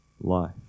life